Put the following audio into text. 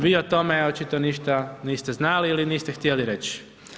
Vi o tome očito ništa niste znali ili niste htjeli reći.